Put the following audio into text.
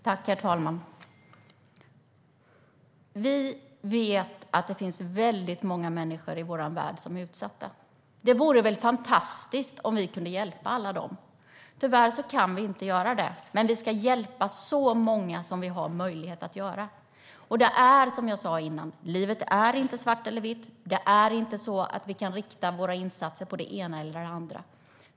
Herr talman! Vi vet att det finns väldigt många människor i vår värld som är utsatta. Det vore väl fantastiskt om vi kunde hjälpa alla dem. Tyvärr kan vi inte göra det, men vi ska hjälpa så många som vi har möjlighet att hjälpa. Som jag sa tidigare är inte livet svart eller vitt. Det är inte så att vi kan rikta våra insatser mot bara det ena eller bara det andra.